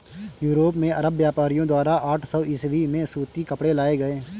Europe में अरब व्यापारियों द्वारा आठ सौ ईसवी में सूती कपड़े लाए गए